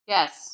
Yes